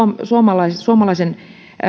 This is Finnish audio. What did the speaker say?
suomalaisen